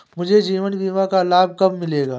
मुझे जीवन बीमा का लाभ कब मिलेगा?